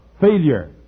failure